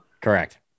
Correct